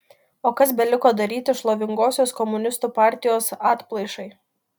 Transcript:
o kas beliko daryti šlovingosios komunistų partijos atplaišai